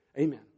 Amen